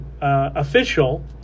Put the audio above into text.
official